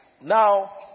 Now